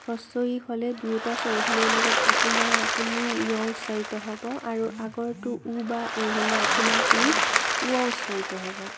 হ্ৰস্ব ই হ'লে দুয়োটা স্বৰধ্বনিৰ মাজত আপোনা আপুনি য় উচ্চাৰিত হ'ব আৰু আগৰটো ও বা উ হ'লে আপোনা আপুনি ৱ উচ্চাৰিত হ'ব